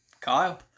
Kyle